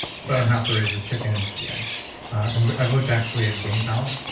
so i don't have to raise the chickens. yeah and i've looked actually at guinea fowl,